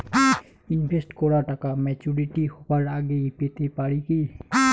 Invest করা টাকা maturity হবার আগেই পেতে পারি কি?